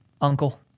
Uncle